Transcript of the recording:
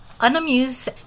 unamused